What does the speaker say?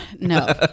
no